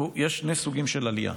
יש שני סוגים של עלייה: